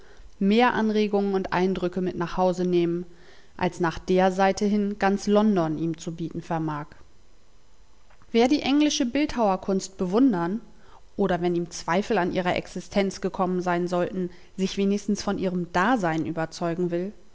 mehr anregungen und eindrücke mit nach hause nehmen als nach der seite hin ganz london ihm zu bieten vermag wer die englische bildhauerkunst bewundern oder wenn ihm zweifel an ihrer existenz gekommen sein sollten sich wenigstens von ihrem dasein überzeugen will